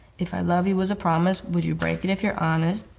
if i love you was a promise, would you break it, if you're honest,